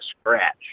scratch